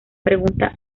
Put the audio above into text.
pregunta